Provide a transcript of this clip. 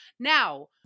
Now